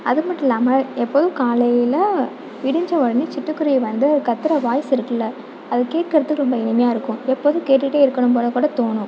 அது மட்டும் இல்லாமல் எப்போதும் காலையில் விடிஞ்ச உடனே சிட்டுக்குருவி வந்து கத்துகிற வாய்ஸ் இருக்குல்ல அது கேட்குறதுக்கு ரொம்ப இனிமையாக இருக்கும் எப்போதும் கேட்டுட்டே இருக்கணும் போல கூட தோணும்